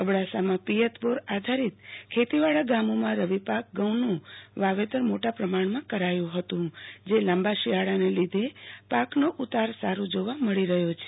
અબડાસામાં પિયત બોર આધારીત ખેતીવાળા ગામોમાં રવિપાક ઘઉનું વાવેતર મોટા પ્રમાણમાં કરાયુ હતું જે લાંબાશિયાળાને લીધે પાકનો ઉત્તાર સારો જોવા મળી રહ્યો છે